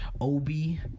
Obi